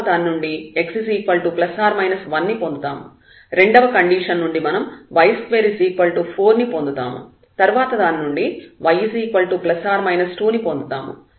రెండవ కండీషన్ నుండి మనం y2 4 ను పొందుతాం తర్వాత దాని నుండి y ±2 ని పొందుతాము